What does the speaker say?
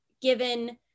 given